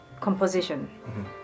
composition